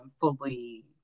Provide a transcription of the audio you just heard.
fully